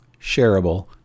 shareable